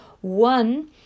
One